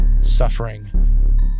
suffering